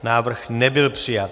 Návrh nebyl přijat.